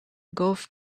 golf